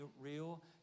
real